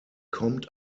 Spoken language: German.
kommt